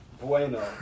bueno